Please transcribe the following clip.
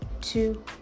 two